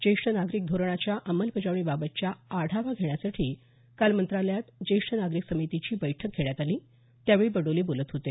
ज्येष्ठ नागरिक धोरणाच्या अंमलबजावणीच्याबाबतचा आढावा घेण्यासाठी काल मंत्रालयात ज्येष्ठ नागरिक समितीची बैठक घेण्यात आली त्यावेळी बडोले बोलत होते